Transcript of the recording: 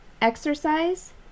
Exercise